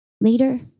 Later